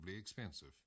expensive